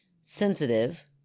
sensitive